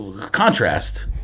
contrast